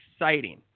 exciting